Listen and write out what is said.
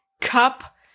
cup